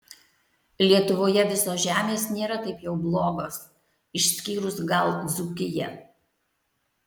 lietuvoje visos žemės nėra taip jau blogos išskyrus gal dzūkiją